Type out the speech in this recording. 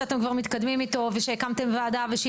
שאתם כבר מתקדמים איתו ושהקמתם ועדה ושהיא